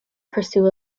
pursue